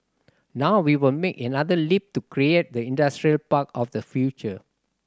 now we will make another leap to create the industrial park of the future